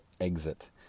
exit